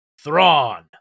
thrawn